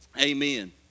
amen